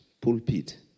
pulpit